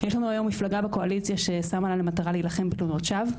יש לנו היום מפלגה בקואליציה ששמה לה למטרה להילחם בתלונות שווא,